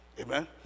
Amen